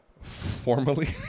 formally